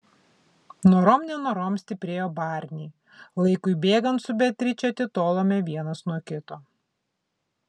norom nenorom stiprėjo barniai laikui bėgant su beatriče atitolome vienas nuo kito